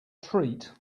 treat